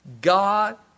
God